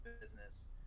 business